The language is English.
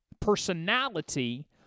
personality